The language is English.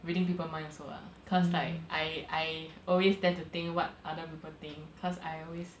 reading people's mind also lah cause like I I always tend to think what other people think cause I always